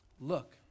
look